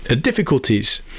difficulties